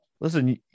listen